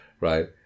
Right